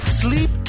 sleep